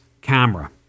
camera